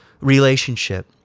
relationship